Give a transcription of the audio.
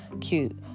cute